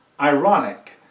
ironic